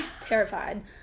terrified